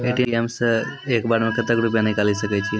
ATM सऽ एक बार म कत्तेक रुपिया निकालि सकै छियै?